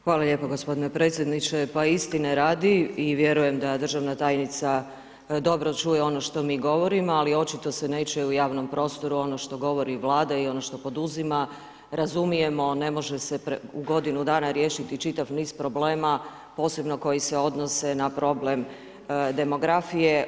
Hvala lijepa gospodine predsjedniče, pa istine radi i vjerujem da državna dobro čuje ono što mi govorimo ali očito se ne čuje u javnom prostoru ono što govori Vlada i ono što poduzima, razumijemo, ne može se u godinu dana riješiti čitav niz problema posebno koji se odnose na problem demografije.